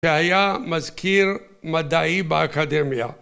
שהיה מזכיר מדעי באקדמיה